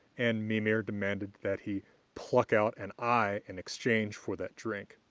and mimir demanded that he pluck out an eye in exchange for that drink,